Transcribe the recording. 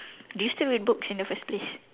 do you still read books in the first place